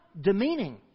demeaning